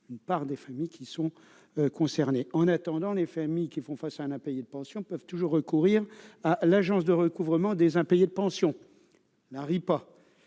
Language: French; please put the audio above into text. seulement des familles sont concernées. En attendant, celles qui font face à un impayé de pensions peuvent toujours recourir à l'Agence de recouvrement des impayés de pensions